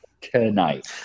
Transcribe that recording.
tonight